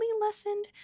lessened